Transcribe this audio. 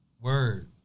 Word